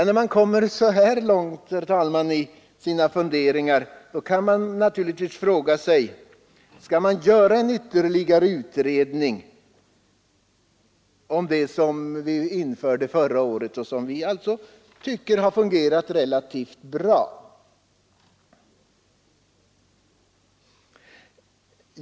När man kommit så långt i sina funderingar kan man fråga sig: Skall man göra ytterligare en utredning, om det vi införde förra året har fungerat relativt bra?